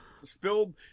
spilled